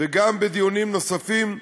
וגם בדיונים נוספים,